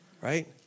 Right